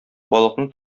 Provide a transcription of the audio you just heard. балыкны